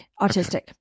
Autistic